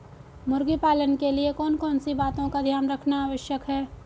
मुर्गी पालन के लिए कौन कौन सी बातों का ध्यान रखना आवश्यक है?